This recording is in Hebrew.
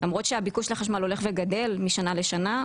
למרות שהביקוש לחשמל הולך וגדל משנה לשנה,